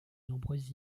nombreuses